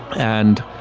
and